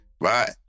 Right